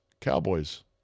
Cowboys